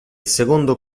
secondo